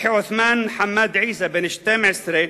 פתחי עותמאן חמאד עיסא, בן 12,